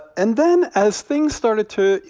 and then as things started to,